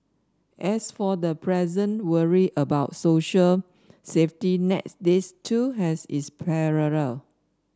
as for the present worry about social safety nets this too has its parallel